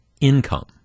income